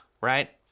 right